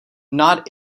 not